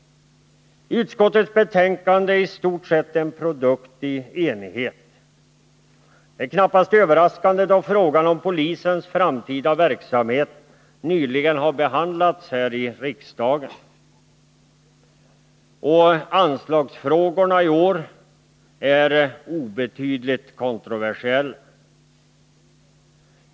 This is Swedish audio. Utskottets betänkande är i stort sett en produkt i enighet. Detta är knappast överraskande, då frågan om polisens framtida verksamhet nyligen har behandlats här i riksdagen och anslagsfrågorna i år är obetydligt kontroversiella.